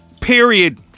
Period